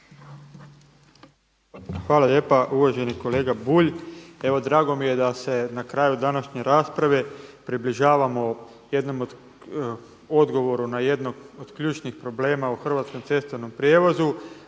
Hvala lijepa. Uvaženi kolega Bulj, evo drago mi je da se na kraju današnje rasprave približavamo jednom odgovoru na jedno od ključnih problema u hrvatskom cestovnom prijevozu,